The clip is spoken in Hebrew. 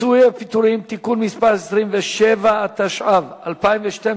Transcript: פיצויי פיטורים (תיקון מס' 27), התשע"ב 2012,